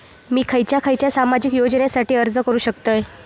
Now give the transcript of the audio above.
मी खयच्या खयच्या सामाजिक योजनेसाठी अर्ज करू शकतय?